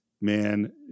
man